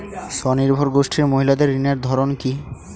স্বনির্ভর গোষ্ঠীর মহিলাদের ঋণের ধরন কি?